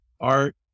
art